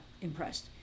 impressed